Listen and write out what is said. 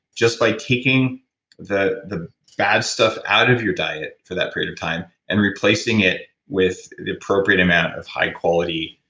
just by taking the the bad stuff out of your diet for that period of time and replacing it with the appropriate amount of high quality,